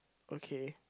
okay